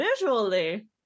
visually